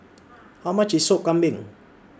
How much IS Sop Kambing